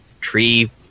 tree